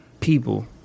people